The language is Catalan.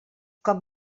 com